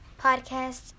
podcast